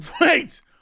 wait